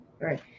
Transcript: right